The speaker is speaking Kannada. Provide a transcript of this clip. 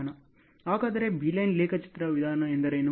ಹಾಗಾದರೆ ಬೀಲೈನ್ ರೇಖಾಚಿತ್ರ ವಿಧಾನ ಎಂದರೇನು